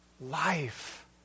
Life